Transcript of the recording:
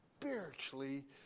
spiritually